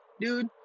dude